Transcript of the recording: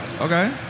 Okay